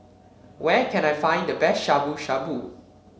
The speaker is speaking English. where can I find the best Shabu Shabu